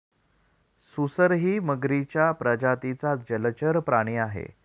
सुसरही मगरीच्या प्रजातीचा जलचर प्राणी आहे